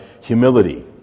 humility